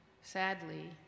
Sadly